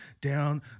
down